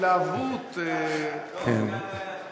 ההתלהבות --- דב, כאן לא היה שום היסוס.